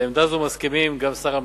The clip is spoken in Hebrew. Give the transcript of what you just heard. לעמדה זו מסכים גם שר המשפטים.